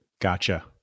Gotcha